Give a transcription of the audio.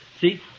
see